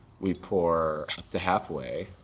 we pour to halfway.